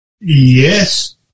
Yes